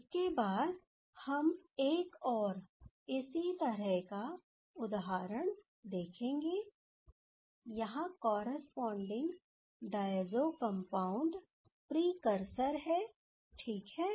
इसके बाद हम एक और इसी प्रकार का उदाहरण देखेंगे यहाँ कॉरस्पॉडिंग डायज़ो कंपाउंड प्रिकसर हैठीक है